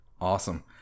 Awesome